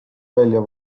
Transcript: välja